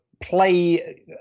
play